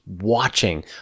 watching